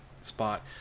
spot